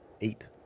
Eight